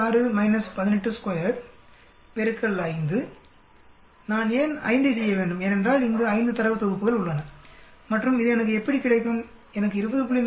6 182 x 5 நான் ஏன் 5 ஐ செய்ய வேண்டும் ஏனென்றால் இங்கு 5 தரவுத் தொகுப்புகள் உள்ளன மற்றும் இது எனக்கு எப்படி கிடைக்கும் எனக்கு 20